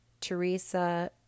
Teresa